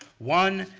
one,